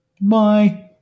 Bye